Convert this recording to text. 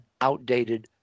outdated